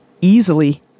easily